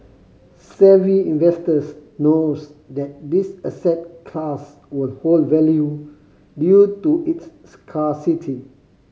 savvy investors knows that this asset class will hold value due to its scarcity